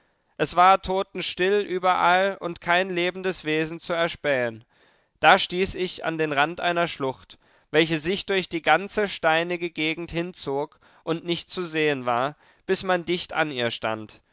es war totenstill überall und kein lebendes wesen zu erspähen da stieß ich an den rand einer schlucht welche sich durch die ganze steinige gegend hinzog und nicht zu sehen war bis man dicht an ihr stand